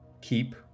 keep